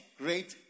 great